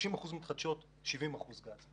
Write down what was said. יהיה 30% מתחדשות ו-70% גז.